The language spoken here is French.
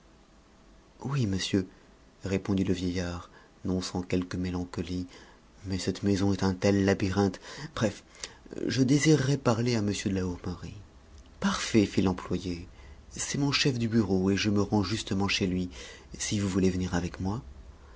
oui monsieur répondit le vieillard non sans quelque mélancolie mais cette maison est un tel labyrinthe bref je désirerais parler à m de la hourmerie parfait fit l'employé c'est mon chef de bureau et je me rends justement chez lui si vous voulez venir avec moi